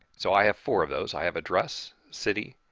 so, i have four of those i have address, city,